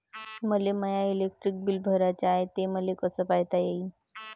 मले my electric bill भराचं हाय, ते मले कस पायता येईन?